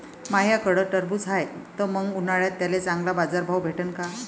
माह्याकडं टरबूज हाये त मंग उन्हाळ्यात त्याले चांगला बाजार भाव भेटन का?